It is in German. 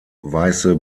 weiße